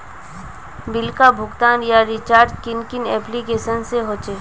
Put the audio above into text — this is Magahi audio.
बिल का भुगतान या रिचार्ज कुन कुन एप्लिकेशन से होचे?